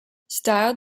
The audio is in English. styled